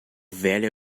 velho